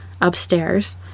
upstairs